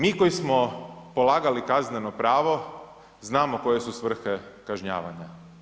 Mi koji smo polagali kazneno pravo znamo koje su svrhe kažnjavanja.